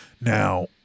Now